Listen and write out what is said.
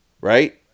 Right